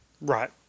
Right